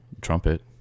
trumpet